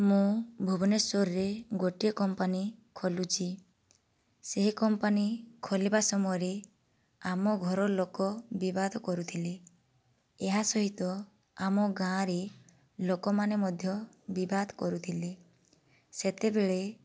ମୁଁ ଭୁବନେଶ୍ୱରରେ ଗୋଟିଏ କମ୍ପାନୀ ଖୋଲୁଛି ସେହି କମ୍ପାନୀ ଖୋଲିବା ସମୟରେ ଆମ ଘରଲୋକ ବିବାଦ କରୁଥିଲେ ଏହା ସହିତ ଆମ ଗାଁରେ ଲୋକମାନେ ମଧ୍ୟ ବିବାଦ କରୁଥିଲେ ସେତେବେଳେ